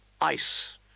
Ice